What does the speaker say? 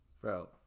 bro